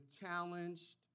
challenged